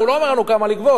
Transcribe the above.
הוא לא אומר לנו כמה לגבות,